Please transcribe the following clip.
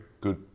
good